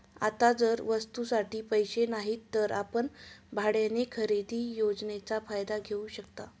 आता जर वस्तूंसाठी पैसे नाहीत तर आपण भाड्याने खरेदी योजनेचा फायदा घेऊ शकता